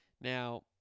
Now